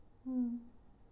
mm